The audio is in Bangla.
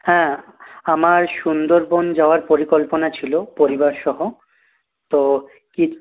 হ্যাঁ আমার সুন্দরবন যাওয়ার পরিকল্পনা ছিল পরিবার সহ তো কী